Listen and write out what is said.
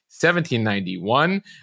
1791